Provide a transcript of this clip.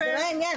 זה לא העניין.